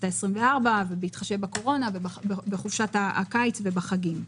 ה-24 ובהתחשב בקורונה ובחופשת הקיץ ובחגים.